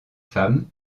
femmes